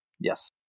Yes